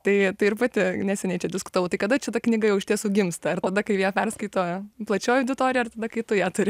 tai tai ir pati neseniai čia diskutavau tai kada čia ta knyga jau iš tiesų gimsta ar tada kai ją perskaito plačioji auditorija ar tada kai tu ją turi